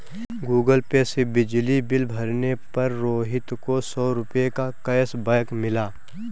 Google Pay से बिजली bill भरने पर रोहित को सौ रूपए का कैशबैक मिला